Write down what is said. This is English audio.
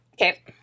Okay